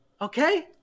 Okay